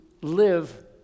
live